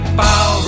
bow